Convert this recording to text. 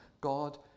God